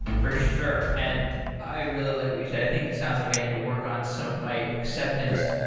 for sure, and i really like what you say. i think it sounds like i need to work on some of my acceptance.